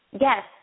Yes